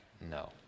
no